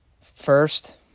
First